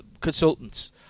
consultants